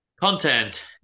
Content